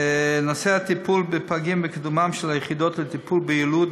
הטיפול בפגים וקידומן של היחידות לטיפול ביילוד